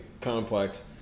complex